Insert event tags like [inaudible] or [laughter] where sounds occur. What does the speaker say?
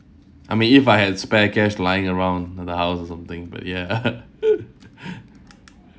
I mean if I had spare cash lying around on the house or something but ya [laughs]